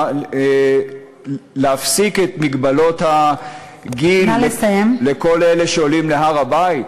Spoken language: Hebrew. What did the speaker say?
להפסיק את מגבלות הגיל לכל אלה שעולים להר-הבית?